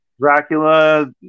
Dracula